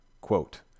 Quote